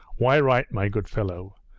why write, my good fellow!